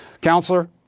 Counselor